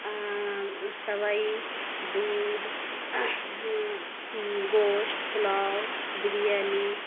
سیوئی دودھ گوشت پلاؤ بریانی